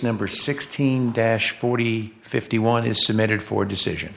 number sixteen dash forty fifty one is submitted for decision